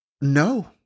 no